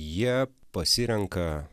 jie pasirenka